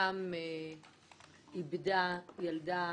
איבדה ילדה,